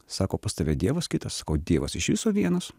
sako pas tave dievas kitas sakau dievas iš viso vienas